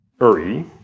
Uri